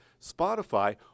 Spotify